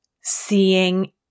seeing